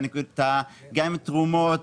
תרומות,